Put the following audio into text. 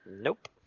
Nope